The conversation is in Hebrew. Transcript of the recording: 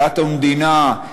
דת ומדינה,